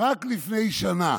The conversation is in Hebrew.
שרק לפני שנה